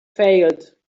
failed